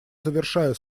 завершаю